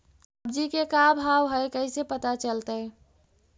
सब्जी के का भाव है कैसे पता चलतै?